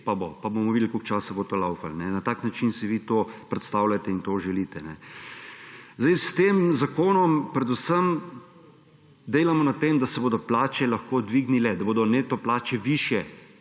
Pa bomo videli, koliko časa bo to šlo. Na takšen način si vi to predstavljate in to želite. S tem zakonom predvsem delamo na tem, da se bodo plače lahko dvignile, da bodo neto plače višje.